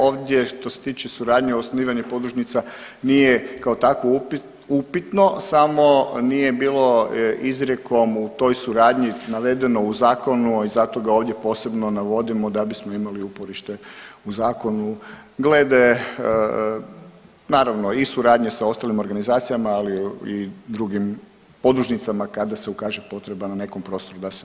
Ovdje što se tiče suradnje o osnivanju podružnica nije kao takvo upitno, samo nije bilo izrijekom u toj suradnji navedeno u zakonu i zato ga ovdje posebno navodimo da bismo imali uporište u zakonu glede naravno i suradnje i sa ostalim organizacijama, ali i drugim podružnicama kada se ukaže potreba na nekom prostoru da se osnuje.